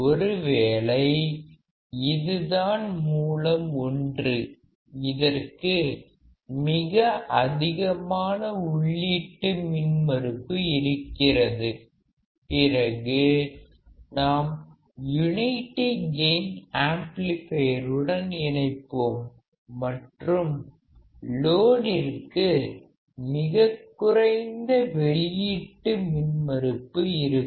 ஒருவேளை இதுதான் மூலம் 1 இதற்கு மிக அதிகமான உள்ளீட்டு மின்மறுப்பு இருக்கிறது பிறகு நாம் யூனிட்டி கெயின் ஆம்ப்ளிபையர் உடன் இணைப்போம் மற்றும் லோடிற்கு மிகக்குறைந்த வெளியீட்டு மின்மறுப்பு இருக்கும்